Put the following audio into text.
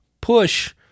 push